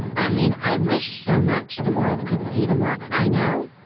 i mean i wish so much the world could see the mark i know.